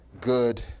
good